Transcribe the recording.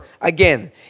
again